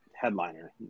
headliner